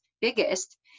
biggest